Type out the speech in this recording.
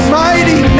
mighty